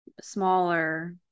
smaller